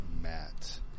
Matt